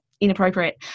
inappropriate